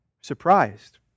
surprised